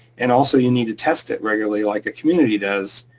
and also, you need to test it regularly, like a community does,